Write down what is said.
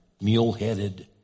mule-headed